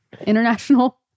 International